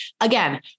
again